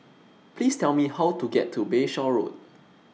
Please Tell Me How to get to Bayshore Road